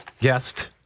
guest